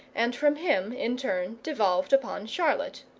and from him in turn devolved upon charlotte.